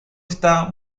está